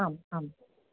आम् आम्